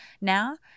now